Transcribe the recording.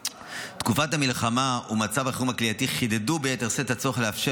תקופת המלחמה ומצב החירום הכליאתי חידדו ביתר שאת את הצורך לאפשר